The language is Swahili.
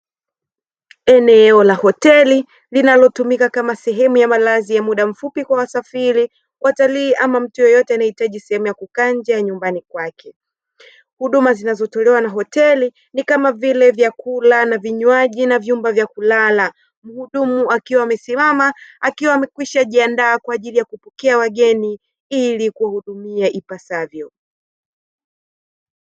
Eneo la hoteli linalotumika kama sehemu ya malazi ya muda mfupi kwa wasafiri watalii ama mtu yeyote anayehitaji sehemu ya kukaa nje ya nyumbani kwake. Huduma zinazotolewa na hoteli ni kama vile vyakula na vinywaji na vyumba vya kulala, mhudumu akiwa amesimama akiwa amekwisha jiandaa kwa ajili ya kupokea wageni ili kuwahudumia ipasavyo.